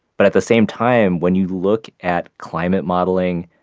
but at the same time, when you look at climate modeling,